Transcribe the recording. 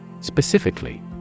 Specifically